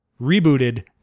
rebooted